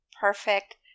Perfect